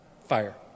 fire